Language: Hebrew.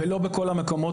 ולא בכל המקומות.